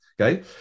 Okay